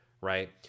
right